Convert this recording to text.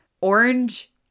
orange